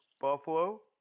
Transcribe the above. Buffalo